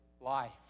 life